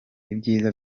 ibyiza